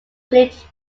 played